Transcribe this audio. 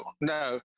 no